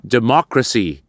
Democracy